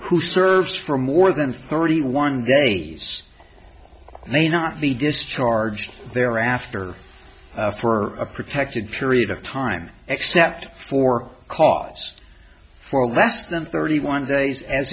who serves for more than thirty one days may not be discharged thereafter for a protected period of time except for cause for less than thirty one days as